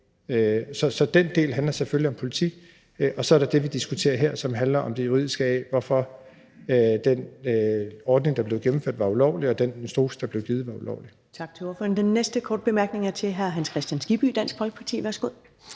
Så den del handler selvfølgelig om politik, og så er der det, vi diskuterer her, som handler om det juridiske i, hvorfor den ordning, der blev gennemført, var ulovlig, og den instruks, der blev givet, var ulovlig. Kl. 10:17 Første næstformand (Karen Ellemann): Tak til ordføreren. Den næste korte bemærkning er til hr. Hans Kristian Skibby, Dansk Folkeparti. Værsgo.